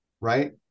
right